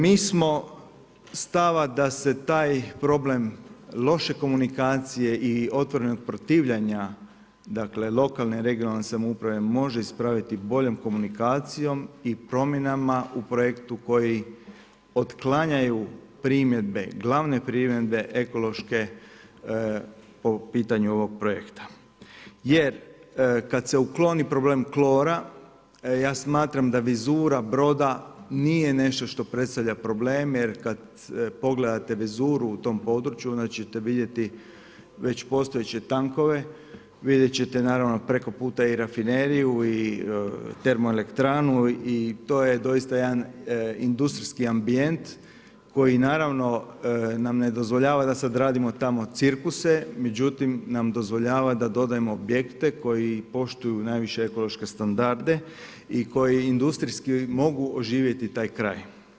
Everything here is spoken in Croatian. Mi smo stava da se taj problem loše komunikacije i otvorenog protivljenja lokalne i regionalne samouprave može ispraviti boljom komunikacijom i promjenama u projektu koji otklanjaju glavne primjedbe ekološke po pitanju ovog projekta jer kada se ukloni problem klora ja smatram da vizura broda nije nešto što predstavlja problem jer kada pogledate vizuru u tom području onda ćete vidjeti već postojeće tankove, vidjet ćete preko puta i rafineriju i termoelektranu i to je doista jedan industrijski ambijent koji nam ne dozvoljava da sada radimo tamo cirkuse, međutim nam dozvoljava da dodajemo objekte koji poštuju najviše ekološke standarde i koji industrijski mogu oživjeti taj kraj.